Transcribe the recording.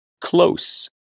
Close